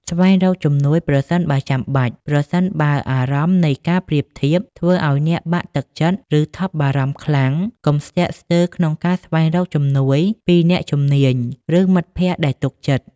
ស្វែងរកជំនួយប្រសិនបើចាំបាច់ ប្រសិនបើអារម្មណ៍នៃការប្រៀបធៀបធ្វើឲ្យអ្នកបាក់ទឹកចិត្ត ឬថប់បារម្ភខ្លាំង កុំស្ទាក់ស្ទើរក្នុងការស្វែងរកជំនួយពីអ្នកជំនាញ ឬមិត្តភក្តិដែលទុកចិត្ត។